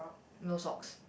no socks